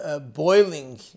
boiling